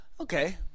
Okay